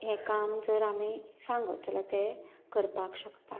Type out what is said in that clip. हे काम जर आमी सांगत जाल्यार ते करपाक शकतात